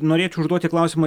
norėčiau užduoti klausimą